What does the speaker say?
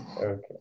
okay